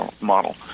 model